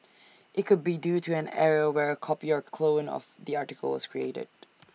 IT could be due to an error where A copy or clone of the article was created